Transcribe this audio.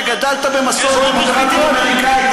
אתה גדלת במסורת דמוקרטית אמריקנית,